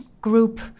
group